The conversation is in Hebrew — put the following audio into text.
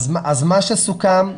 סוכם,